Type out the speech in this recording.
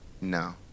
no